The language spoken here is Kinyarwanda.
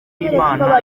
imana